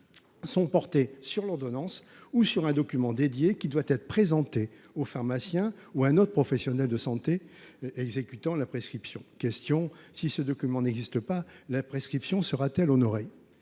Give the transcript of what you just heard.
sont portés sur l’ordonnance ou sur un document dédié […] présenté au pharmacien ou éventuellement à un autre professionnel de santé exécutant la prescription ». Question : si ce document n’existe pas, la prescription sera t elle honorée ?